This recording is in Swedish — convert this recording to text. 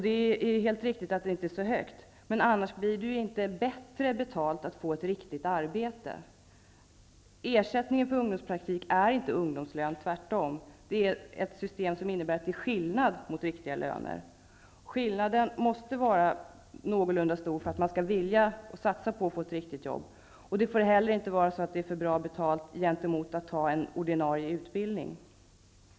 Det är helt riktigt att ersättningen inte är så hög. Annars skulle det ju inte vara bättre betalt att få ett riktigt arbete. Ersättningen för ungdomspraktik är inte ungdomslön. Det här är ett system som innebär att det är skillnad mot riktiga löner. Skillnaden måste vara någorlunda stor, för att man skall vilja satsa på att få ett riktigt jobb. Det får inte heller vara för bra betalt att ha ungdomspraktikplats jämfört med en ordinarie utbildning.